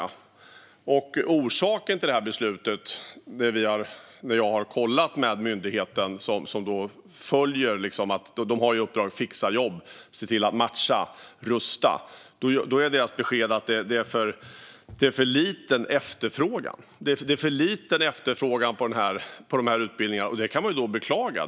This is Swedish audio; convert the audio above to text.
Jag har kollat med myndigheten, som följer detta och har i uppdrag att fixa jobb och se till att matcha och rusta, och deras besked är att orsaken till detta beslut är att efterfrågan på dessa utbildningar är för liten. Det kan vi beklaga.